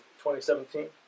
2017